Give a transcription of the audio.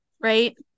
right